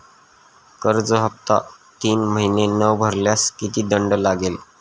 कर्ज हफ्ता तीन महिने न भरल्यास किती दंड लागेल?